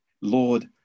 Lord